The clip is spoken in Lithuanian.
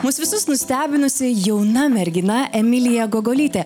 mus visus nustebinusi jauna mergina emilija gogolytė